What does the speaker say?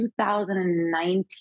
2019